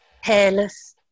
Hairless